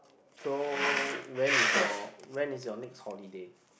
so when is your when is your next holiday